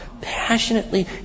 passionately